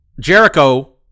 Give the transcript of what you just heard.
Jericho